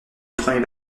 premiers